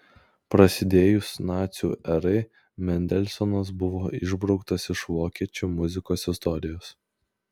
prasidėjus nacių erai mendelsonas buvo išbrauktas iš vokiečių muzikos istorijos